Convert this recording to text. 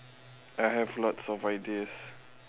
I have lots of ideas